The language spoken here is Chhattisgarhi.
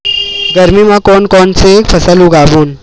गरमी मा कोन कौन से फसल उगाबोन?